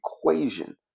equation